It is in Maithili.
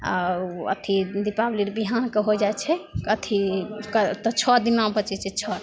आओर अथी दीपावली रऽ बिहानके होइ जाइ छै कथीके तऽ छओ दिना बचै छै छठि